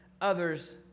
others